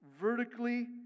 vertically